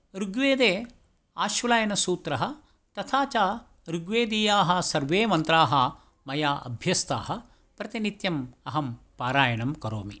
ऋग्वेदे आश्वलायनसूत्रः तथा च ऋग्वेदीयाः सर्वे मन्त्राः मया अभ्यस्थाः प्रतिनित्यम् अहं पारयाणं करोमि